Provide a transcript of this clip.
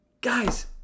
Guys